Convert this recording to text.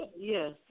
yes